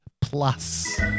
plus